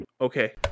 Okay